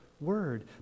word